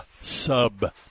sub